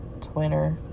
Twitter